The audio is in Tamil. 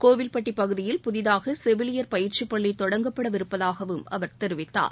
கோவில்பட்டி பகுதியில் புதிதாக செவிலியர் பயிற்சி பள்ளி தொடங்கப்படவிருப்பதாகவும் அவர் தெரிவித்தார்